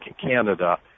Canada